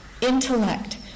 intellect